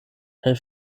kaj